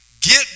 get